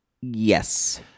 Yes